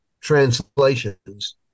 translations